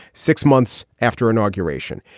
six months after inauguration,